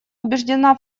убеждена